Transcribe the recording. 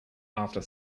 after